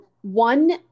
One